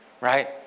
right